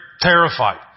terrified